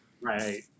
Right